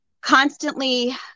constantly